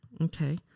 Okay